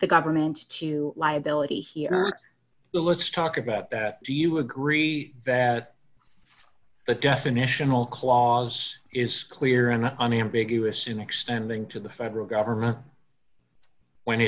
the government to liability here let's talk about that do you agree that the definitional clause is clear and unambiguous in extending to the federal government when